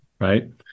right